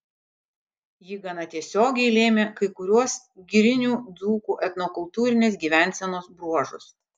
ji gana tiesiogiai lėmė kai kuriuos girinių dzūkų etnokultūrinės gyvensenos bruožus